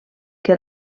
que